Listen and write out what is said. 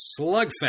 slugfest